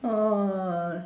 orh